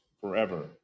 forever